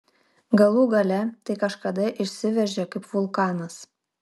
galų gale tai kažkada išsiveržia kaip vulkanas